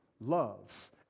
loves